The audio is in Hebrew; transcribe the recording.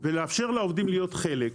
ולאפשר לעובדים להיות חלק.